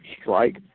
strike